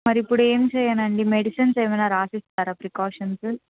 మరిప్పుడు ఏం చెయ్యనండి మెడిసిన్సు ఏమైనా రాసిస్తారా ప్రికాషన్సు